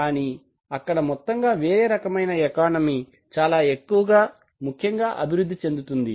కానీ అక్కడ మొత్తంగా వేరే రకమైన ఎకానమీ చాలా ఎక్కువగా ముఖ్యముగా వృద్ది చెందుతుంది